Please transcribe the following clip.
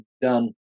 done